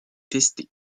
tester